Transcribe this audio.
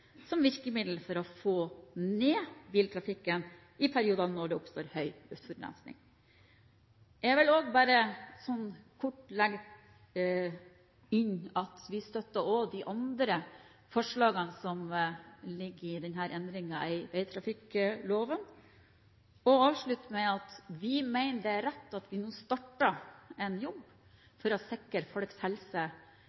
som virkemiddel for å få ned biltrafikken i perioder med høy luftforurensing. Jeg vil også bare kort legge til at vi støtter også de andre forslagene som ligger i disse endringene i vegtrafikkloven, og avslutte med at vi mener det er riktig at vi nå starter en jobb